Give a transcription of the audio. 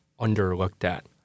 underlooked-at